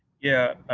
yeah.